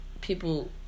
people